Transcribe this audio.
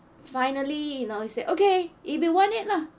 finally you know he said okay if you want it lah